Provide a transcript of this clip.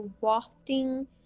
wafting